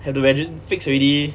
have to engine fix already